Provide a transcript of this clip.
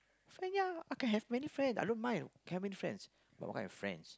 so ya I can have many friends I don't mind having friends but what kind of friends